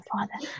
Father